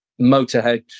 motorhead